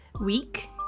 week